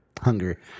hunger